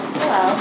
Hello